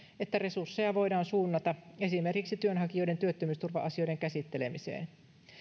että resursseja voidaan suunnata esimerkiksi työnhakijoiden työttömyysturva asioiden käsittelemiseen